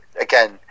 again